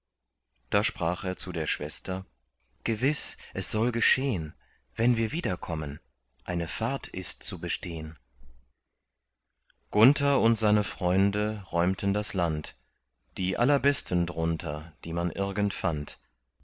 da sprach er zu der schwester gewiß es soll geschehn wenn wir wiederkommen eine fahrt ist zu bestehn gunther und seine freunde räumten das land die allerbesten drunter die man irgend fand